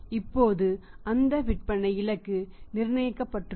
இப்போது அந்த விற்பனை இலக்கு நிர்ணயிக்கப்பட்டுள்ளது